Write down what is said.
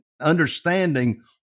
understanding